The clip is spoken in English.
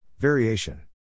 Variation